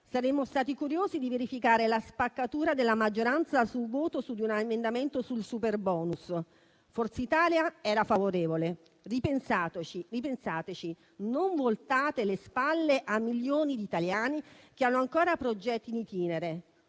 saremmo stati curiosi di verificare la spaccatura della maggioranza sul voto su di un emendamento sul superbonus. Forza Italia era favorevole, ripensateci, non voltate le spalle a milioni di italiani che hanno ancora progetti *in itinere.*